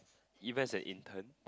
E maths and intern